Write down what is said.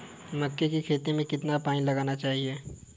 मक्के की खेती में कितना पानी लगाना चाहिए?